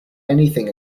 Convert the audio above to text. anything